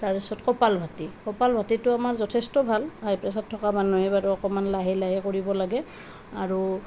তাৰ পিছত কপাল ভাতি কপাল ভাতিটো আমাৰ যথেষ্ট ভাল হাই প্ৰেছাৰ থকা মানুহে বাৰু অকমান লাহে লাহে কৰিব লাগে আৰু